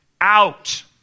out